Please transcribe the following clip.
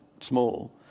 small